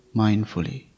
mindfully